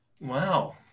Wow